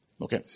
Okay